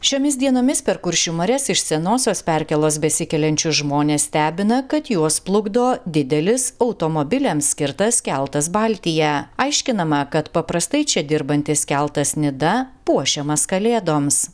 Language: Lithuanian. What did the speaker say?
šiomis dienomis per kuršių marias iš senosios perkėlos besikeliančius žmones stebina kad juos plukdo didelis automobiliams skirtas keltas baltija aiškinama kad paprastai čia dirbantis keltas nida puošiamas kalėdoms